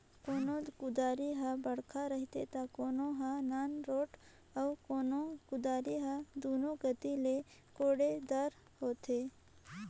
कोनो कुदारी हर बड़खा रहथे ता कोनो हर नानरोट अउ कोनो कुदारी हर दुनो कती ले कोड़े दार होथे